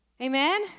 amen